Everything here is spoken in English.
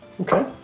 Okay